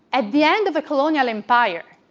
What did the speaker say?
at the end of the colonial empire,